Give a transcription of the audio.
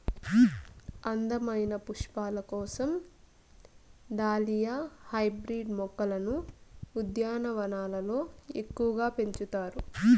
అందమైన పుష్పాల కోసం దాలియా హైబ్రిడ్ మొక్కలను ఉద్యానవనాలలో ఎక్కువగా పెంచుతారు